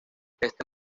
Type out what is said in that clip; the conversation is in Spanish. este